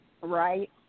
Right